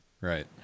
Right